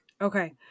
Okay